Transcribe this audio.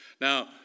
Now